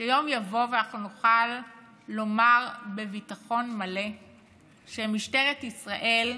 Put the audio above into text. שיום יבוא ואנחנו נוכל לומר בביטחון מלא שמשטרת ישראל,